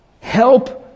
help